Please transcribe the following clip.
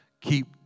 keep